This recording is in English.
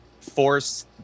force